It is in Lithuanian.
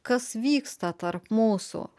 kas vyksta tarp mūsų